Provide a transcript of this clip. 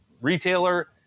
retailer